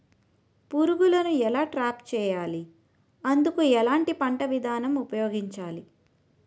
పురుగులను ఎలా ట్రాప్ చేయాలి? అందుకు ఎలాంటి పంట విధానం ఉపయోగించాలీ?